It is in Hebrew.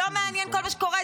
לא מעניין כל מה שקורה.